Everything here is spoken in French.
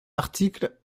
article